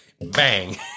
Bang